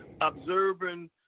observing